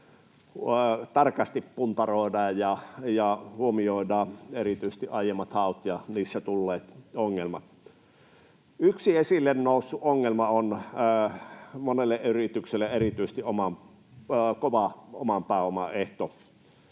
tarkasti puntaroidaan ja huomioidaan erityisesti aiemmat haut ja niissä tulleet ongelmat. Yksi esille noussut ongelma on monelle yritykselle erityisesti kova oman pääoman ehto.